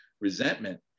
resentment